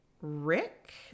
Rick